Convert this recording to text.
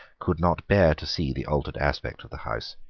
could not bear to see the altered aspect of the house.